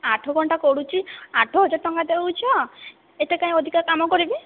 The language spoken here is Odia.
ଆଠଘଣ୍ଟା କରୁଛି ଆଠହଜାର ଟଙ୍କା ଦେଉଛ ଏତେ କାଇଁ ଅଧିକା କାମ କରିବି